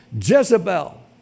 Jezebel